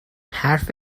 حرف